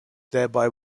thereby